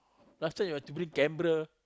last time you have to bring camera